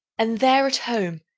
and there at home,